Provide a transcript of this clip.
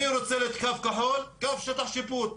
אני רוצה את קו כחול כקו שטח שיפוט,